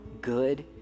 good